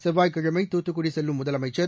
செவ்வாய்க் கிழமை தூத்துக்குடி செல்லும் முதலமைச்சர்